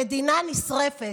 המדינה נשרפת.